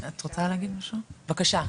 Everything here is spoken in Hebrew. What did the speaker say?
בבקשה.